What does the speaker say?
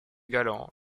galland